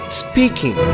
speaking